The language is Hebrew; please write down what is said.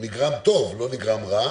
נגרם טוב, לא נגרם רע,